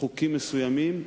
חוקים מסוימים,